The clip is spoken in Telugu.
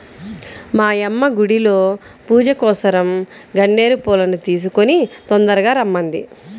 మా యమ్మ గుడిలో పూజకోసరం గన్నేరు పూలను కోసుకొని తొందరగా రమ్మంది